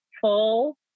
full